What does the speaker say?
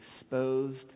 exposed